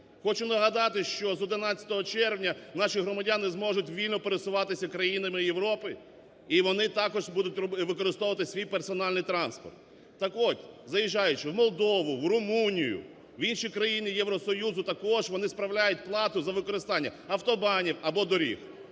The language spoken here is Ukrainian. Хочу нагадати, що з 11 червня наші громадяни зможуть вільно пересуватися країнами Європи, і вони також будуть використовувати свій персональний транспорт. Так от, заїжджаючи в Молдову, в Румунію, в інші країни Євросоюзу також, вони справляють плату за використання автобанів, або доріг.